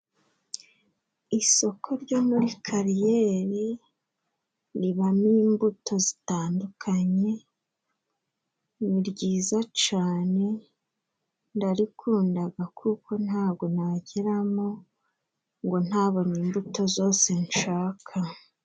Isoko ryo muri kariyeri ribamo imbuto zitandukanye. Niryiza cane ndarikundaga kuko ntago nageramo ngo ntabona imbuto zose nshaka.